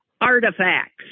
artifacts